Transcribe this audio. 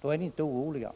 Då är ni inte oroliga.